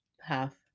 half